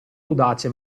audace